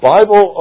Bible